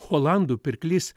olandų pirklys